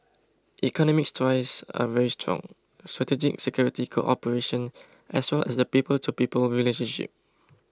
economic ties are very strong strategic security cooperation as well as the people to people relationship